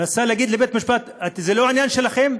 רצה להגיד לבית-המשפט: זה לא עניין שלכם,